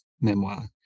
memoir